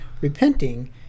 Repenting